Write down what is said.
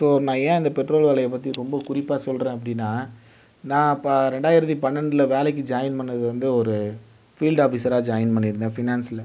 so நான் ஏன் அந்த பெட்ரோல் விலையை பற்றி ரொம்ப குறிப்பாக சொல்கிறேன் அப்படின்னா நான் அப்போ ரெண்டாயிரத்தி பன்னெண்டில் வேலைக்கு ஜாயின் பண்ணது வந்து ஒரு ஃபீல்டு ஆஃபீஸராக ஜாயின் பண்ணியிருந்தேன் ஃபினான்ஸில்